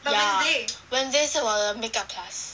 ya wednesday 是我的 make up class